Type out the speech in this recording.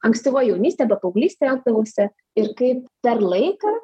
ankstyvoj jaunystėj arba paauglystėj elgdavausi ir kaip per laiką